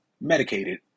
medicated